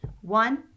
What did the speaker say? One